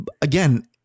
again